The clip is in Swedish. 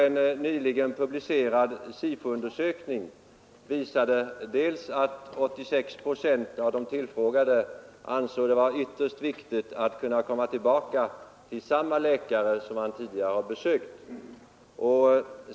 En nyligen publicerad SIFO-undersökning visar att 86 procent av de tillfrågade ansåg det vara ytterst viktigt att få komma tillbaka till samma läkare som man tidigare besökt.